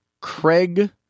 Craig